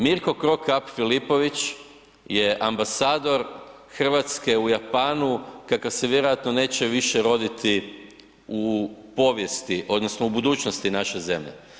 Mirko Cro Cup Filopović je ambasador Hrvatske u Japanu kakav se vjerojatno neće više roditi u povijesti odnosno u budućnosti naše zemlje.